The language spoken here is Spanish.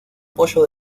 apoyo